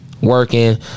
Working